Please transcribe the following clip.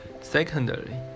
Secondly